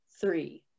three